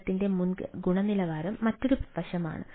സേവനത്തിന്റെ ഗുണനിലവാരം മറ്റൊരു വശമാണ്